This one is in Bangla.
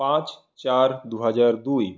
পাঁচ চার দুহাজার দুই